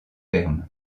perm